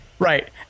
Right